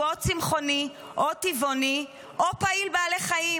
שהוא או צמחוני או טבעוני או פעיל בעלי חיים.